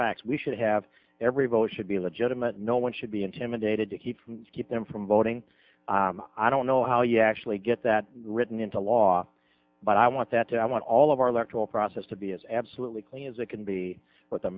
facts we should have every vote should be legitimate no one should be intimidated to keep keep them from voting i don't know how you actually get that written into law but i want that i want all of our electoral process to be as absolutely clean as it can be with